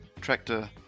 tractor